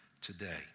today